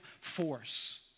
force